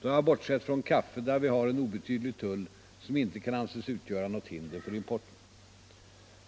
Då har jag bortsett från kaffe, där vi har en obetydlig tull som inte kan anses utgör något hinder för importen.